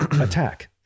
attack